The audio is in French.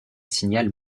signal